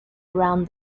around